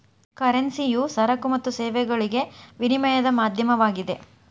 ಕರೆನ್ಸಿಯು ಸರಕು ಮತ್ತು ಸೇವೆಗಳಿಗೆ ವಿನಿಮಯದ ಮಾಧ್ಯಮವಾಗಿದೆ